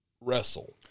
wrestle